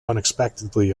unexpectedly